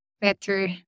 better